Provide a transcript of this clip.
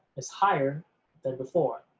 it's higher than before,